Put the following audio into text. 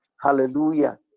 Hallelujah